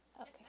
okay